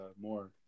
more